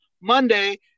monday